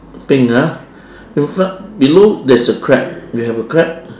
pink ah in front below there's a crab you have a crab